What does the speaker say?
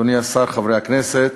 אדוני השר, חברי הכנסת,